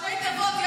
ראשי תיבות.